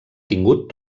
tingut